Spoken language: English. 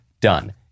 done